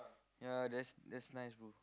ya that is that is nice bro